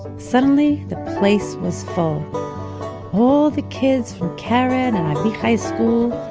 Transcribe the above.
suddenly the place was full all the kids from keren and avichai's school,